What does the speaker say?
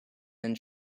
and